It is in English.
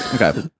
Okay